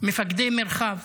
מפקדי מרחב,